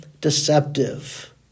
deceptive